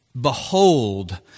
Behold